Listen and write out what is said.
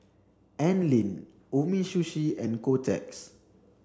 Anlene Umisushi and Kotex